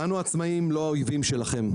אנו, העצמאים, לא האויבים שלכם.